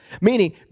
meaning